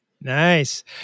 Nice